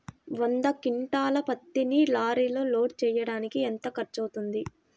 వంద క్వింటాళ్ల పత్తిని లారీలో లోడ్ చేయడానికి ఎంత ఖర్చవుతుంది?